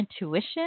intuition